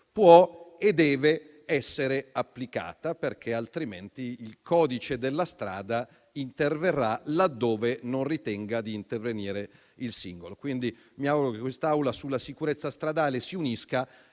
può e deve essere applicata, perché altrimenti il codice della strada interverrà laddove non ritenga di intervenire il singolo. Mi auguro, quindi, che quest'Aula si unisca sulla sicurezza stradale, ad